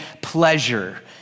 pleasure